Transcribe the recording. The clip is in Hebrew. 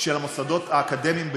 של המוסדות האקדמיים בירושלים.